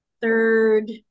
third